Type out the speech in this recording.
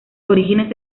orígenes